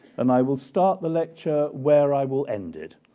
and i will start the lecture where i will end it,